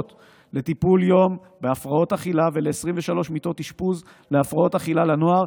לטיפול יום בהפרעות אכילה ול-23 מיטות אשפוז להפרעות אכילה לנוער,